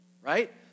right